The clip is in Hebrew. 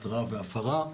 התראה והפרה,